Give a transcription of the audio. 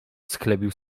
schlebił